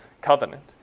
covenant